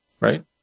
right